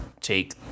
take